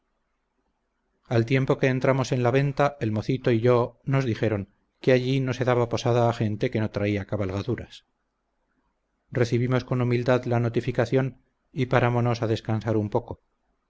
al tiempo que entramos en la venta el mocito y yo nos dijeron que allí no se daba posada a gente que no traía cabalgaduras recibimos con humildad la notificación y paramonos a descansar un poco